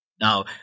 Now